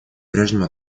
прежнему